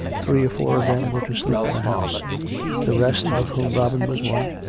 three or four of them were to sleep in the house the rest, of whom robin was one,